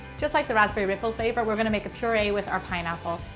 just like the raspberry ripple flavor, we're going to make a puree with our pineapple.